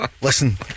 listen